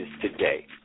today